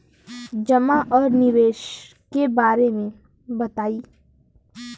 जमा और निवेश के बारे मे बतायी?